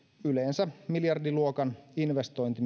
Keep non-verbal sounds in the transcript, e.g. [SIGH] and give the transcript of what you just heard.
yleensä miljardiluokan investointi [UNINTELLIGIBLE]